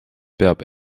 peab